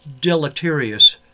deleterious